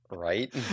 right